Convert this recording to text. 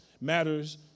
matters